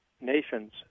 nations